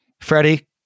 Freddie